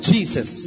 Jesus